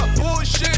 bullshit